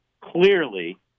clearly